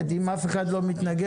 זה אחת.